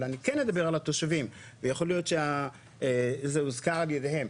אבל אני כן אדבר על התושבים ויכול להיות שזה הוזכר על ידיהם.